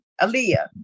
Aaliyah